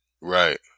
right